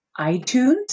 iTunes